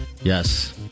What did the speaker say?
Yes